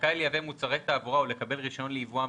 זכאי לייבא מוצרי תעבורה או לקבל רישיון ליבואם,